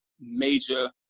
major